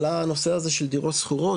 עלה הנושא הזה של דירות שכורות,